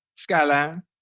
Skyline